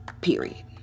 period